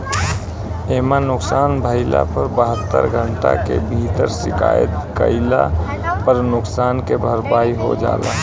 एइमे नुकसान भइला पर बहत्तर घंटा के भीतर शिकायत कईला पर नुकसान के भरपाई हो जाला